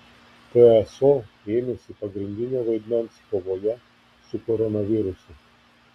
pso ėmėsi pagrindinio vaidmens kovoje su koronavirusu